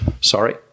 Sorry